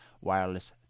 Wireless